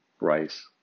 rice